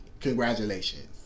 Congratulations